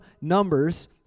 numbers